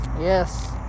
yes